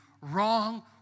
wrong